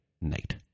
night